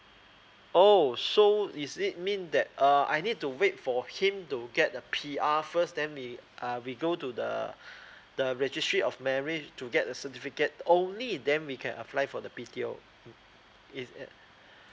oh so is it mean that uh I need to wait for him to get a P_R first then we uh we go to the the registry of marriage to get a certificate only then we can apply for the B_T_O is uh